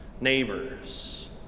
neighbors